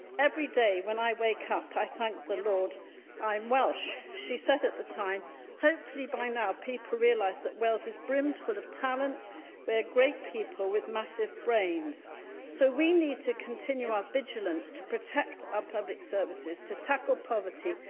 every day when i wake up i thank the lord i'm welsh she said at the time hopefully by now people realise that wales is brimmed full of talent and we're great people with massive brains so, we need to continue our vigilance to protect our public services, to tackle poverty,